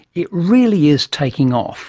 it really is taking off